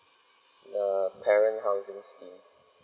the parent housing scheme